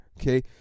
Okay